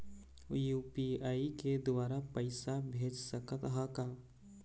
UPI के द्वारा पैसा भेज सकत ह का?